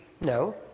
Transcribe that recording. No